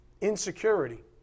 insecurity